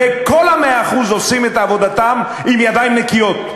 וכל ה-100% עושים את עבודתם בידיים נקיות,